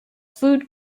food